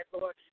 Lord